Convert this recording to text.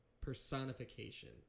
personification